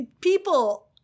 people